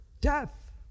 death